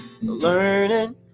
learning